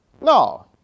No